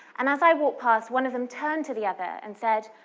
and as i walked past, one of them turned to the other and said,